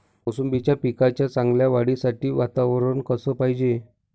मोसंबीच्या पिकाच्या चांगल्या वाढीसाठी वातावरन कस पायजे?